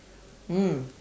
mm